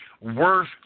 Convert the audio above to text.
worth